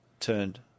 Turned